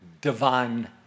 divine